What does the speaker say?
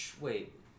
wait